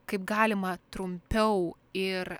kaip galima trumpiau ir